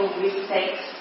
mistakes